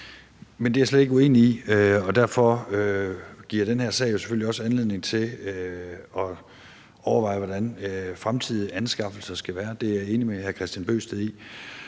Det er jeg slet ikke uenig i. Derfor giver den her sag jo selvfølgelig også anledning til at overveje, hvordan fremtidige anskaffelser skal være. Det er jeg enig med hr. Kristian Bøgsted i,